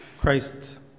Christ